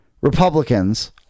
Republicans